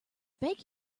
beg